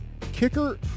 Kicker